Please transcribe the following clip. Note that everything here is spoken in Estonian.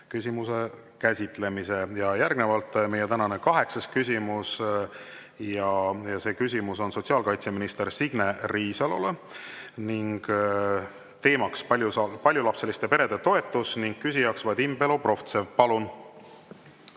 küsimuse käsitlemise. Järgnevalt meie tänane kaheksas küsimus. See küsimus on sotsiaalkaitseminister Signe Riisalole, teema on paljulapseliste perede toetus ning küsija on Vadim Belobrovtsev. Palun!